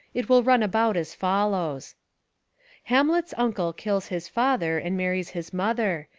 it will run about as follows hamlet's uncle kills his father and marries his mother,